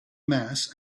mass